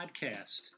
Podcast